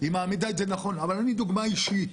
אני דוגמה אישית.